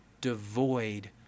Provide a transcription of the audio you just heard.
devoid